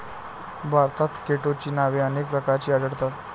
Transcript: भारतात केटोची नावे अनेक प्रकारची आढळतात